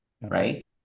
right